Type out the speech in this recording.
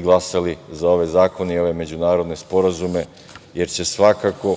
i glasali za ove zakone i ove međunarodne sporazume, jer će svakako